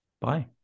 bye